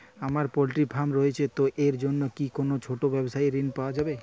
আমার poultry farm রয়েছে তো এর জন্য কি কোনো ছোটো ব্যাবসায়িক ঋণ পাওয়া যাবে?